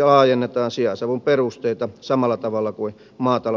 laajennetaan sijaisavun perusteita samalla tavalla kuin maatalouden sijaisaputoiminnassa